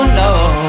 no